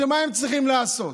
ומה הם צריכים לעשות?